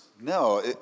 No